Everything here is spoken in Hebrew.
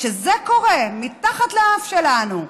כשזה קורה מתחת לאף שלנו,